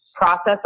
process